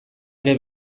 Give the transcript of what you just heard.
ere